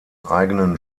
eigenen